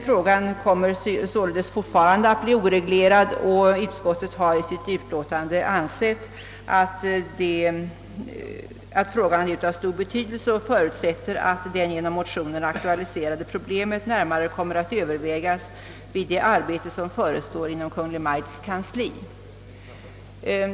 Frågan kommer således fortfarande att vara oreglerad i den delen. Utskottet framhåller i sitt utlåtande att frågan är av stor betydelse och förutsätter att det genom motionen aktualiserade problemet närmare kommer att övervägas vid det arbete som förestår inom Kungl. Maj:ts kansli.